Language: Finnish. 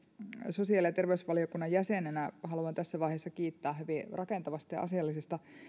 sosiaali ja terveysvaliokunnan jäsenenä haluan tässä vaiheessa kiittää hyvin rakentavasta ja asiallisesta